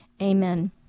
amen